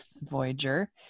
Voyager